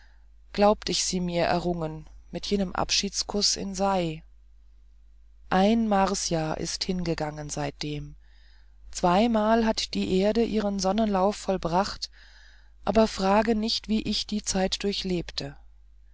glaubt ich sie mir errungen mit jenem abschiedskuß in sei ein marsjahr ist dahingegangen seitdem zweimal hat die erde ihren sonnenlauf vollbracht aber frage nicht wie ich die zeit durchlebte